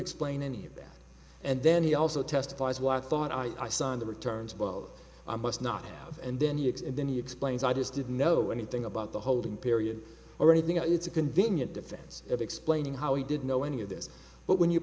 explain any of that and then he also testifies why i thought i signed the returns well i must not have and then he acts and then he explains i just didn't know anything about the holding period or anything it's a convenient defense of explaining how he didn't know any of this but when you